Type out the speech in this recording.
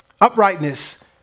Uprightness